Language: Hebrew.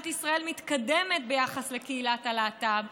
ישראל מתקדמת ביחס לקהילת הלהט"ב,